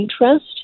interest